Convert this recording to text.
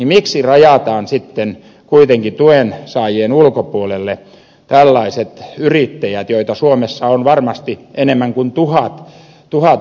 miksi rajataan sitten kuitenkin tuensaajien ulkopuolelle tällaiset yrittäjät joita suomessa on varmasti enemmän kuin tuhat